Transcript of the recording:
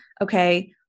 okay